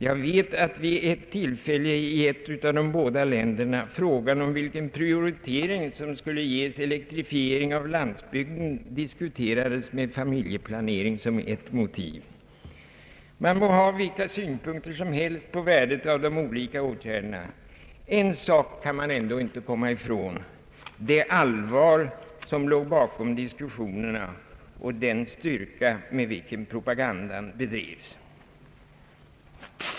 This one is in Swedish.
Jag vet att vid ett tillfälle i ett av de båda länderna frågan om vilken prioritering som skulle ges elektrifiering av landsbygden diskuterades med familjeplanering som ett motiv. Man må ha vilka synpunkter som helst på värdet av de olika åtgärderna, en sak kan man ändå inte bortse ifrån: det allvar som låg bakom diskussionerna och den styrka med vilken propagandan bedrevs.